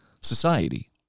society